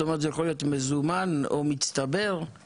זאת אומרת זה יכול להיות מזומן או מצטבר אבל